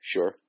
Sure